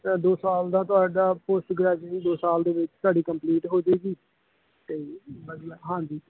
ਦੋ ਸਾਲ ਦਾ ਤੁਹਾਡਾ ਪੋਸਟ ਗ੍ਰੈਜੂਏਸ਼ਨ ਦੋ ਸਾਲ ਦੇ ਵਿੱਚ ਤੁਹਾਡੀ ਕੰਪਲੀਟ ਹੋ ਜਾਏਗੀ ਅਤੇ ਹਾਂਜੀ